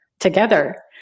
Together